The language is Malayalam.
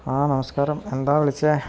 ആ നമസ്കാരം എന്താ വിളിച്ചേ